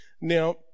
Now